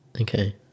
Okay